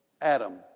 Adam